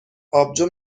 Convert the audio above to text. آبجو